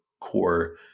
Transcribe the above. core